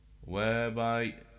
whereby